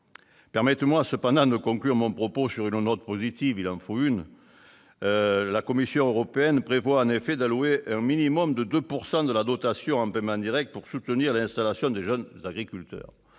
Permettez-moi cependant de conclure mon propos sur une note positive- il en faut une ! La Commission européenne prévoit en effet d'allouer un minimum de 2 % de la dotation en paiement direct au soutien de l'installation des jeunes agriculteurs.